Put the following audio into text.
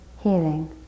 healing